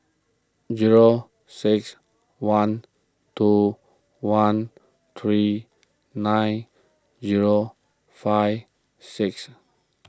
zero six one two one three nine zero five six